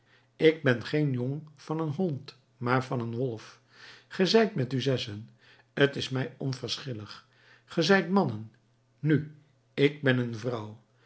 ik ben geen jong van een hond maar van een wolf ge zijt met u zessen t is mij onverschillig ge zijt mannen nu ik ben een vrouw